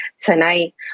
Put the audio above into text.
tonight